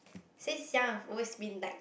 since young I've always been like